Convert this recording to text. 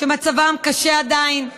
שמצבם עדיין קשה,